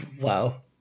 Wow